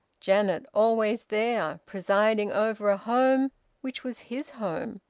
janet always there, presiding over a home which was his home,